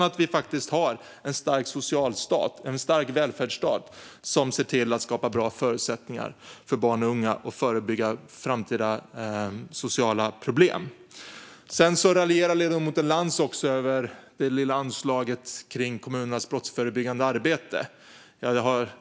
Det behövs en stark socialstat och en stark välfärdsstat som ser till att skapa bra förutsättningar för barn och unga och förebygga framtida sociala problem. Ledamoten Lantz raljerade över det lilla anslaget till kommunernas brottsförebyggande arbete.